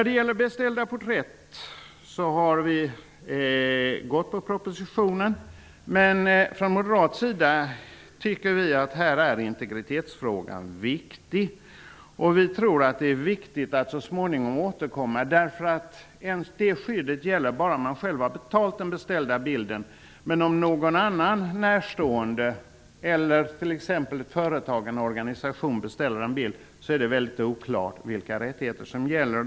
Utskottet har följt propositionens förslag. Men vi moderater tycker att integritetsfrågan är viktig. Vi tror att det är viktigt att så småningom återkomma i frågan. Skyddet gäller bara om man själv har betalt för den beställda bilden. Men om någon annan närstående, ett företag eller en organisation beställer en bild är det oklart om vilka rättigheter som gäller.